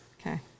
Okay